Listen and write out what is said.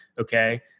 Okay